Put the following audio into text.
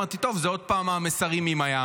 אמרתי: טוב, זה עוד פעם המסרים ממיאמי.